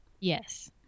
Yes